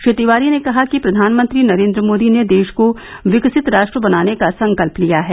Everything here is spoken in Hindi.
श्री तिवारी ने कहा कि प्रधानमंत्री नरेंद्र मोदी ने देश को विकसित राष्ट्र बनाने का संकल्प लिया है